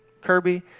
Kirby